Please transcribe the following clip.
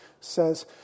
says